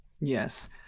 yes